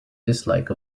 dislike